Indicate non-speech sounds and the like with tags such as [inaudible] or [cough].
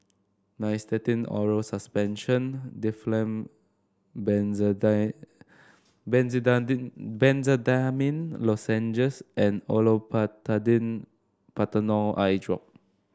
Nystatin Oral Suspension Difflam [unintelligible] Benzydamine Lozenges and Olopatadine Patanol Eyedrop